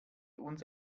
uns